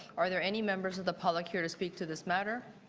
are there any members of the public here to speak to this matter?